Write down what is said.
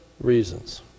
reasons